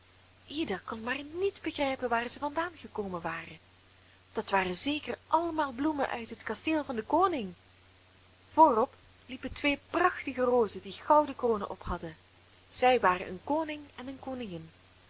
ida kon maar niet begrijpen waar zij vandaan gekomen waren dat waren zeker allemaal bloemen uit het kasteel van den koning voorop liepen twee prachtige rozen die gouden kronen op hadden zij waren een koning en een koningin